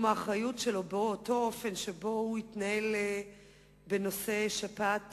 האחריות שלו באותו אופן שבו הוא התנהל בנושא שפעת